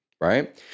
right